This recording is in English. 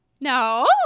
No